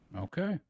Okay